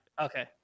Okay